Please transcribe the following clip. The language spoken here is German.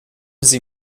sie